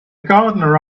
gardener